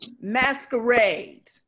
masquerade